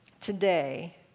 today